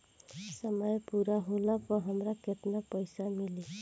समय पूरा होला पर हमरा केतना पइसा मिली?